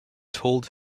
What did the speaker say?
told